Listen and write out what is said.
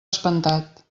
espantat